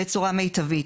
מצורה מיטבית.